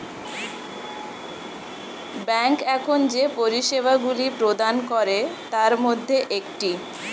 bank এখন যে পরিষেবাগুলি প্রদান করে তার মধ্যে একটি